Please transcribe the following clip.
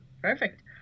Perfect